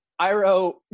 iro